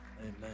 amen